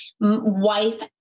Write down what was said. wife